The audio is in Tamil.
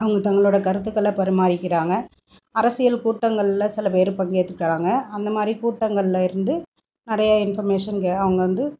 அவங்க தங்களோடய கருத்துக்களை பரிமாறிக்கிறாங்க அரசியல் கூட்டங்களில் சில பேர் பங்கேற்றுக்கறாங்க அந்தமாதிரி கூட்டங்கள்லிருந்து நிறைய இன்ஃபர்மேஷன்கள் அவங்க வந்து